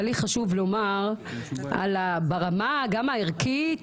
אבל לי חשוב לומר ברמה גם הערכית,